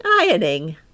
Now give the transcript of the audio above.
Ironing